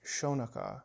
Shonaka